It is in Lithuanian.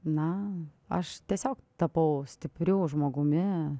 na aš tiesiog tapau stipriu žmogumi